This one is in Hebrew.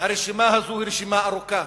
הרשימה הזו היא רשימה ארוכה,